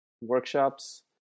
workshops